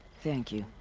thank you.